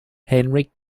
henry